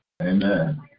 Amen